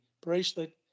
bracelet